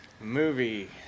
Movie